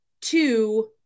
Two